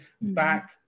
back